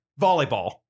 Volleyball